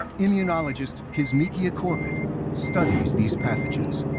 immunologist kizzmekia corbett studies these pathogens.